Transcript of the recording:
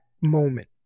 moment